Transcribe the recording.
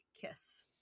kiss